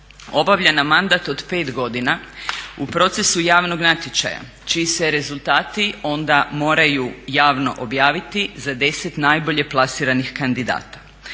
obavlja na mandat od 5 godina u procesu javnog natječaja čiji se rezultati onda moraju javno objaviti za 10 najbolje plasiranih kandidata.